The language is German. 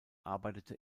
arbeitete